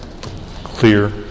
clear